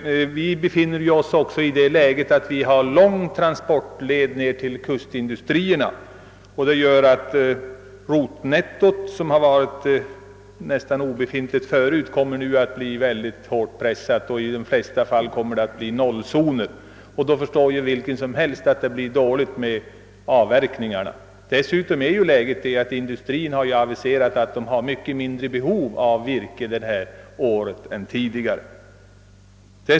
I mitt hemlän har vi långa transportleder till kustindustrierna, och det gör att rotnettot, som har varit nästan obefintligt förut, nu kommer att bli ännu hårdare pressat. I de flesta fall kommer det att bli nollzoner, och då förstår vem som helst att det blir dåligt med avverkningarna. Dessutom har industrin aviserat mycket mindre behov av virke i år än tidigare.